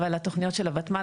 אבל התוכניות של הותמ"ל,